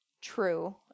true